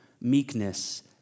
meekness